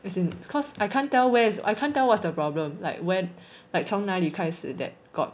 as in cause I cant tell where's I can't tell what's the problem like when like 从哪里开始 that got